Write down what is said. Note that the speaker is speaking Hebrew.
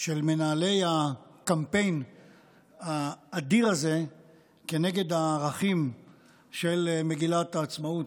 של מנהלי הקמפיין האדיר הזה נגד הערכים של מגילת העצמאות,